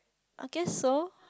I guess so